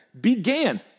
began